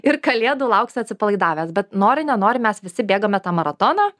ir kalėdų lauksiu atsipalaidavęs bet nori nenori mes visi bėgame tą maratoną